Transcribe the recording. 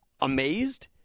amazed